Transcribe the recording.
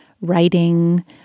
writing